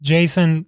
Jason